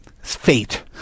fate